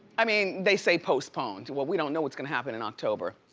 i mean, they say postponed. well, we don't know what's gonna happen in october.